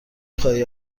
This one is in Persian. خواهی